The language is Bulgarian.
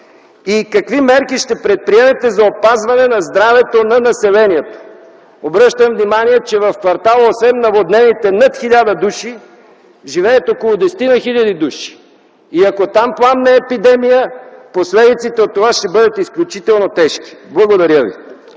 Какви мерки ще предприемете за опазване на здравето на населението? Обръщам внимание, че в квартала освен наводнените над 1000 души живеят около 10-ина хиляди души. Ако там пламне епидемия, последиците от това ще бъдат изключително тежки. Благодаря.